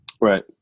Right